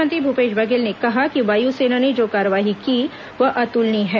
मुख्यमंत्री भूपेश बघेल ने कहा कि वायु सेना ने जो कार्रवाई की वह अतुलनीय है